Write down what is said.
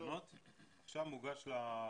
התקנות, עכשיו מוגש לכנסת,